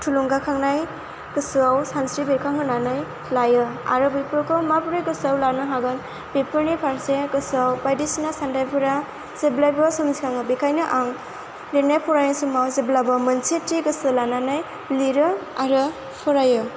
थुलुंगा खांनाय गोसोआव सानस्रि बेरखां होनानै लायो आरो बैफोरखौ माबोरै गोसोआव लानो हागोन बेफोरनि फारसे गोसोआव बायदिसिना साननायफोरा जेब्लायबो सोमजिखाङो बेखायनो आं लिरनाय फरायनाय समाव जेब्लाबो मोनसे थि गोसो लानानै लिरो आरो फरायो